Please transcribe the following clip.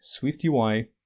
SwiftUI